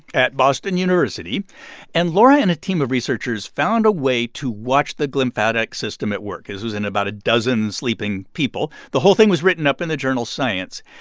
at boston university and laura and a team of researchers found a way to watch the glymphatic system at work. this was in about a dozen sleeping people. the whole thing was written up in the journal science.